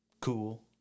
cool